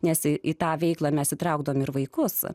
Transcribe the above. nes į tą veiklą mes įtraukdami ir vaikus